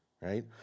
right